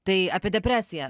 tai apie depresiją